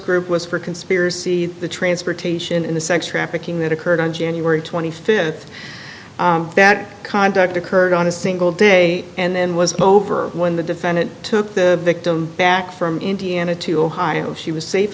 group was for conspiracy the transportation and the sex trafficking that occurred on january twenty fifth that conduct occurred on a single day and was over when the defendant took the victim back from indiana to ohio she was safe